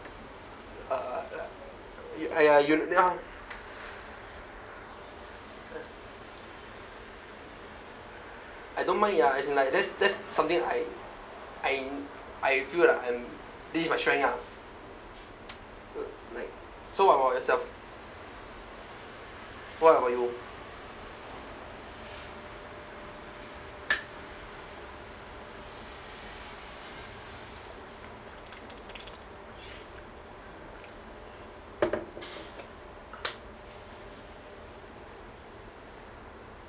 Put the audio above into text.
uh li~ ya you kno~ I don't mind ya as in like that that's something I I I feel like I'm this is my strength ah l~ like so what about yourself what about you